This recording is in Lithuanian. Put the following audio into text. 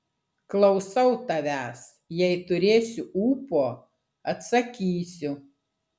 klausau tavęs jei turėsiu ūpo atsakysiu